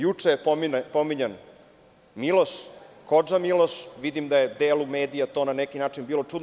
Juče je pominjan Miloš, kodža Miloš, vidim da je delu medija to na neki način bilo čudno.